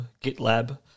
GitLab